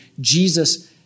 Jesus